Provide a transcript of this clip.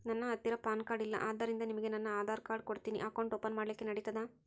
ನನ್ನ ಹತ್ತಿರ PAN card ಇಲ್ಲ ಆದ್ದರಿಂದ ನಿಮಗೆ ನನ್ನ ಆಧಾರ್ ಕಾರ್ಡ್ ಕೊಡ್ತೇನಿ ಅಕೌಂಟ್ ಓಪನ್ ಮಾಡ್ಲಿಕ್ಕೆ ನಡಿತದಾ?